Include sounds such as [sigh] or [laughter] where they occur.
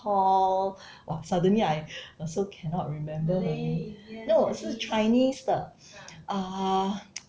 call !wah! suddenly I also cannot remember her name no 是 chinese 的 [noise] ah [noise]